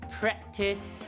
practice